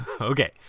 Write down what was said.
okay